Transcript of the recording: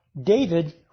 David